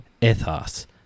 ethos